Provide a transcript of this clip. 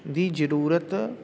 ਦੀ ਜ਼ਰੂਰਤ